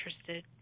interested